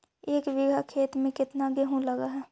एक बिघा खेत में केतना गेहूं लग है?